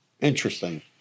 Interesting